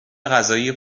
غذایی